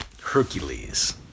Hercules